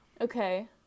Okay